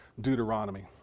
Deuteronomy